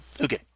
Okay